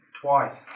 Twice